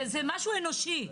זה משהו אנושי.